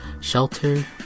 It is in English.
Shelter